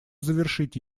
завершить